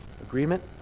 Agreement